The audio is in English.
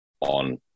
on